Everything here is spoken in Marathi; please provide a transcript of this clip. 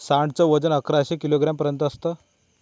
सांड च वजन अकराशे किलोग्राम पर्यंत असत